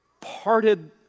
parted